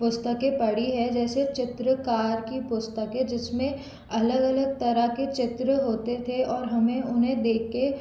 पुस्तकें पढ़ी हैं जैसे चित्रकार की पुस्तकें जिस में अलग अलग तरह के चित्र होते थे और हमें उन्हें देख के